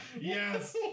Yes